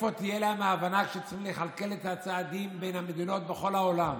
איפה תהיה להם הבנה כשצריכים לכלכל את הצעדים בין המדינות בכל העולם?